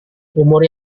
umur